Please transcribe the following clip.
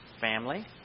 family